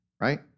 right